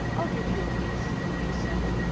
i'll give you a piece, she said.